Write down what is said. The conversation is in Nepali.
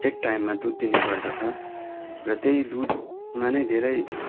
एक टाइममा दुध दिने गर्दछ र त्यही दुधमा नै धेरै